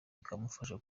bikamufasha